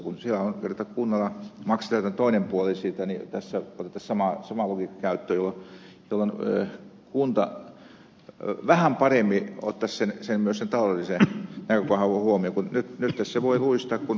kun siellä kerta kunnalla maksatetaan toinen puoli siitä niin tässä otettaisiin sama logiikka käyttöön jolloin kunta vähän paremmin ottaisi myös sen taloudellisen näkökohdan huomioon kun nyt tässä voi luistaa